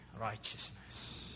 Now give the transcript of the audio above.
righteousness